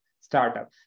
startup